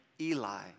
Eli